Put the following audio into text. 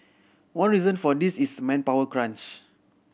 one reason for this is manpower crunch